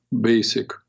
basic